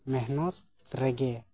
ᱢᱮᱦᱱᱚᱛ ᱨᱮᱜᱮ